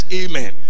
amen